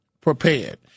prepared